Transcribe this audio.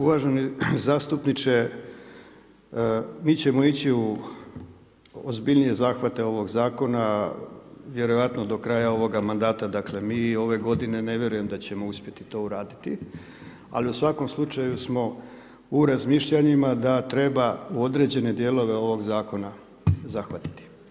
Uvaženi zastupniče, mi ćemo ići u ozbiljnije zahvate ovog zakona vjerovatno do kraja ovog mandata, dakle mi ove godine ne vjerujem da ćemo uspjeti to uraditi, ali u svakom slučaju smo u razmišljanjima, da treba određene dijelove ovog zakona zahvatiti.